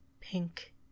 pink